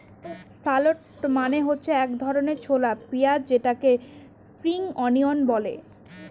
shallot মানে হচ্ছে এক ধরনের ছোলা পেঁয়াজ যেটাকে স্প্রিং অনিয়ন বলে